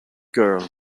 girl